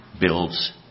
builds